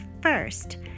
first